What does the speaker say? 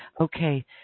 Okay